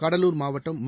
கடலூர் மாவட்டம் ம